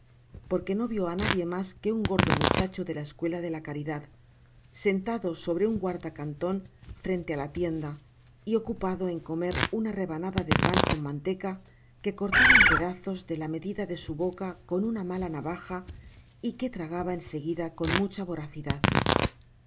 porque no vio á nadie mas que un gordo muchacho de la escuela de la caridad sentado sobre un guarda canton frente la tienda y ocupado en comer una rebanada de pan con manteca que cortaba en pedazos de la medida de su boca con una mala navaja y que tragaba en seguida con mucha voracidad